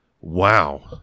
wow